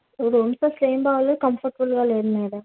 rooms ఏమి బాగాలేవు కంఫర్ట్బుల్గా లేవు మేడం